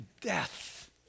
death